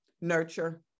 nurture